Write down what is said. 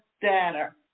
data